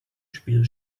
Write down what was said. spiel